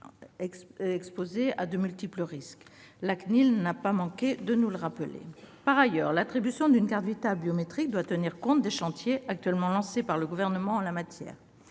et des libertés (CNIL) n'a pas manqué de nous le rappeler. Par ailleurs, l'attribution d'une carte Vitale biométrique doit tenir compte des chantiers déjà lancés par le Gouvernement en la matière.